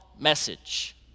message